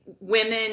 women